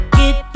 get